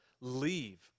leave